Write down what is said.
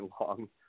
long